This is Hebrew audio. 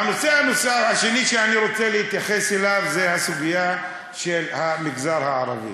והנושא השני שאני רוצה להתייחס אליו הוא הסוגיה של המגזר הערבי,